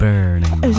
Burning